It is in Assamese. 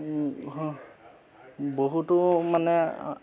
বহুতো মানে